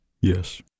Yes